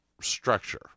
structure